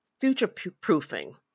future-proofing